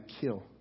kill